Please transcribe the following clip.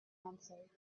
answered